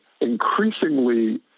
increasingly